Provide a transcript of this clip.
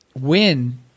Win